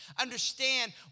understand